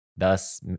thus